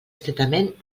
estretament